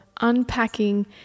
unpacking